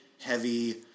heavy